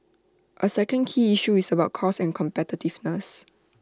A second key issue is about cost and competitiveness